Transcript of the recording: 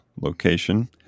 location